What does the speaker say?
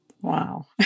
Wow